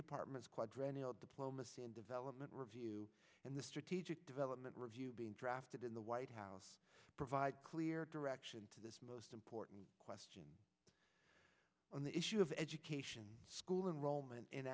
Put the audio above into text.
quadrennial diplomacy and development review and the strategic development review being drafted in the white house provide clear direction to this most important question on the issue of education school enrollment in